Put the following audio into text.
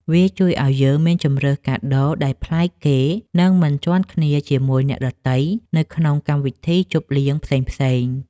វាជួយឱ្យយើងមានជម្រើសកាដូដែលប្លែកគេ និងមិនជាន់គ្នាជាមួយអ្នកដទៃនៅក្នុងកម្មវិធីជប់លៀងផ្សេងៗ។